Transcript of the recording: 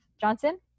Johnson